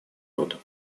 рода